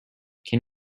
can